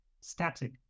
static